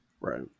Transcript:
Right